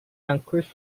anchors